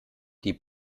die